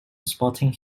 sporting